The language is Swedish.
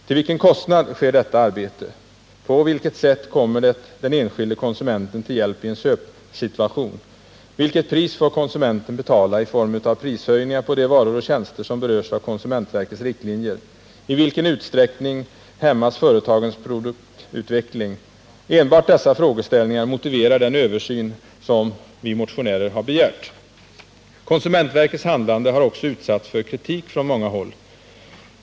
Till vilken kostnad sker detta arbete? På vilket sätt kommer det den enskilde konsumenten till hjälp i en köpsituation? Vilket pris får konsumenten betala i form av prishöjningar på de varor och tjänster som berörs av konsumentverkets riktlinjer? I vilken utsträckning hämmas företagens produktutveckling? Enbart dessa frågeställningar motiverar den översyn som vi motionärer har begärt. Konsumentverkets handlande har också utatts för kritik från många håll.